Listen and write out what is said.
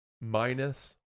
minus